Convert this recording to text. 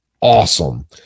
awesome